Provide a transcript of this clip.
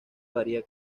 varía